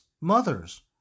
mothers